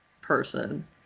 person